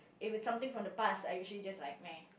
if it's something from the past I usually just like meh